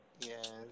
Yes